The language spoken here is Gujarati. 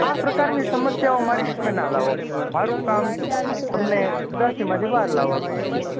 આ પ્રકારની સમસ્યાઓ મારી સામે નાલાઓ મારું કામ તમને ઉદાસીમાંથી બહાર લાવવાનુ છે